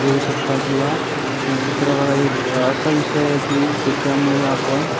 देऊ शकता किंवा चित्र बघा एक असा विषय आहे की त्याच्यामुळे आपण